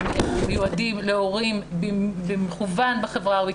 הם מיועדים להורים במכוון בחברה הערבית,